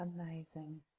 Amazing